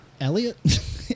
Elliot